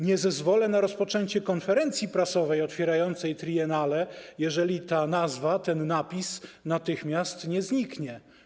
Nie zezwolę na rozpoczęcie konferencji prasowej otwierającej triennale, jeżeli ta nazwa, ten napis natychmiast nie zniknie.